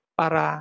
para